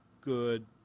good